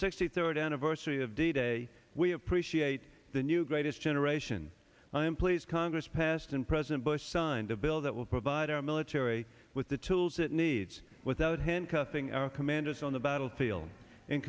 sixty third anniversary of d day we appreciate the new greatest generate i am pleased congress passed and president bush signed a bill that will provide our military with the tools it needs without him coaxing our commanders on the battlefield in